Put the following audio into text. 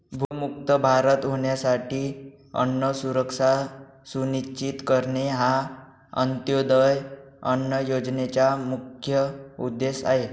भूकमुक्त भारत होण्यासाठी अन्न सुरक्षा सुनिश्चित करणे हा अंत्योदय अन्न योजनेचा मुख्य उद्देश आहे